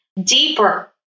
deeper